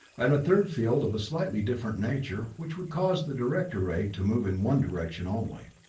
and a third field of a slightly different nature, which would cause the director ray to move in one direction only.